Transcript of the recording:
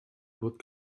wird